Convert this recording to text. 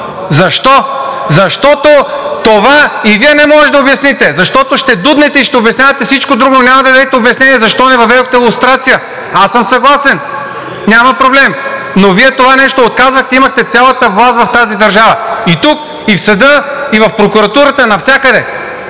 Защо? Защото това и Вие не можете да обясните, защото ще дуднете и ще обяснявате всичко друго, но няма да дадете обяснение защо не въведохте лустрация. Аз съм съгласен, няма проблем, но Вие това нещо отказвахте, имахте цялата власт в тази държава – и тук, и в съда, и в прокуратурата – навсякъде,